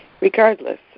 regardless